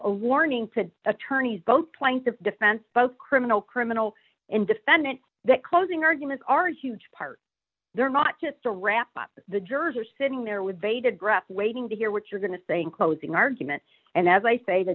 a warning to attorneys both points of defense both criminal criminal and defendant that closing arguments are a huge part there not just to wrap up the jurors are sitting there with bated breath waiting to hear what you're going to say in closing arguments and as i say the